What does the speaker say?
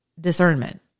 Discernment